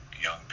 young